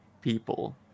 people